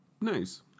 Nice